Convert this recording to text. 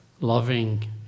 loving